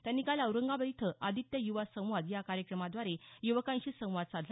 त्यांनी काल औरंगाबाद इथं आदित्य युवा संवाद या कार्यक्रमाद्वारे युवकांशी संवाद साधला